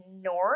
north